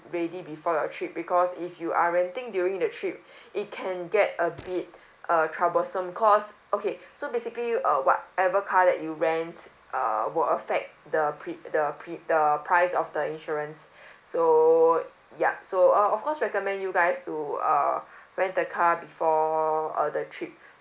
ready before your trip because if you are renting during the trip it can get a bit uh troublesome cause okay so basically uh whatever car that you rent err will affect the pre~ the pre~ the price of the insurance so yup so uh of course recommend you guys to uh rent the car before uh the trip